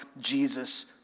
Jesus